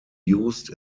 used